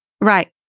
Right